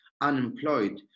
unemployed